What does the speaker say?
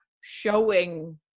showing